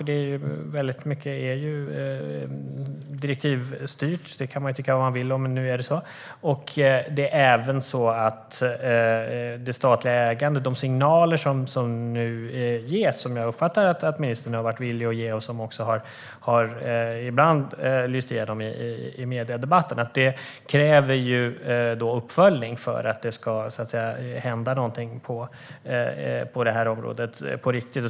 Det är ju mycket som är direktivstyrt, det kan man tycka vad man vill om, men nu är det så. De signaler som jag nu har uppfattat att ministern har varit villig att ge har ibland lyst igenom i mediedebatten. Det kräver då uppföljning för att det ska hända någonting på det här området på riktigt.